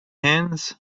hands